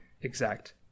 exact